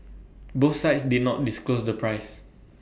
both sides did not disclose the price